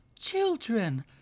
Children